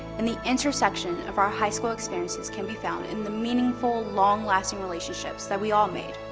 and the intersection of our high school experiences can be found in the meaningful, long lasting relationships that we all made.